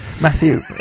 Matthew